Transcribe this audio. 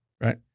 Right